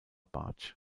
bartsch